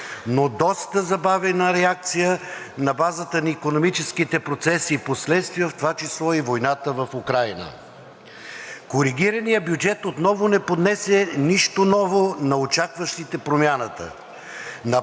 но доста забавена реакция на базата на икономическите процеси и последствия, в това число и войната в Украйна. Коригираният бюджет отново не поднесе нищо ново на очакващите промяната,